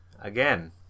again